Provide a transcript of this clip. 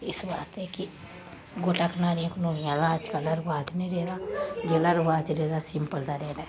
इस्स वास्ते कि गोटा कनारियां कनुरियां आह्ला अजकल्ल रवाज निं रेह् दा जेह्ड़ा रवाज रेह्दा सिम्पल दा रेह् दा ऐ